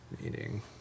Meeting